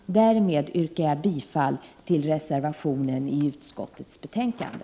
Med detta yrkar jag bifall till reservationen vid utskottets betänkande.